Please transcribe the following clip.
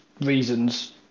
reasons